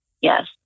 yes